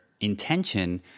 intention